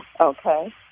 Okay